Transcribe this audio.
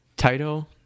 Title